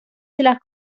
della